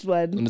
one